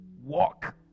walk